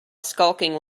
skulking